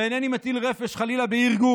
ואינני מטיל רפש בארגון,